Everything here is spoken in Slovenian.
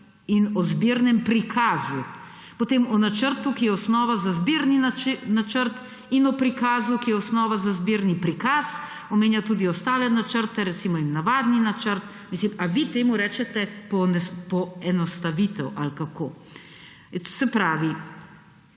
in o zbirnem prikazu, potem o načrtu, ki je osnova za zbirni načrt, in o prikazu, ki je osnova za zbirni prikaz. Omenja tudi ostale načrte, recimo navadni načrt. Mislim! A vi temu rečete poenostavitev ali kako? Se pravi,